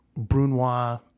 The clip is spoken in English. Brunois